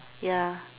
ya